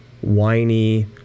whiny